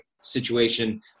situation